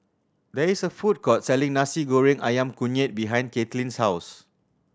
there is a food court selling Nasi Goreng Ayam Kunyit behind Caitlyn's house